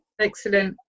excellent